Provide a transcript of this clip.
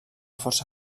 força